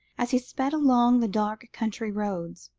as he sped along the dark country roads,